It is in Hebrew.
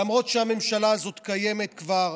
למרות שהממשלה הזאת קיימת כבר